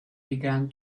began